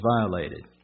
violated